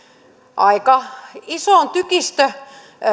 aika isoon tykistöjoukkoon